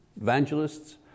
Evangelists